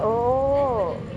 oh